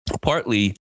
partly